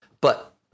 But-